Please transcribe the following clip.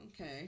okay